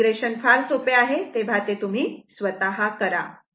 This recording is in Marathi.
इंटिग्रेशन फार सोपे आहे तेव्हा ते तुम्ही स्वतः करा